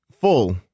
full